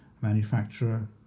manufacturer